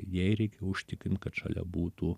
jai reikia užtikrint kad šalia būtų